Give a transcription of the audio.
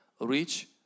reach